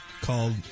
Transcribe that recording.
Called